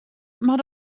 mar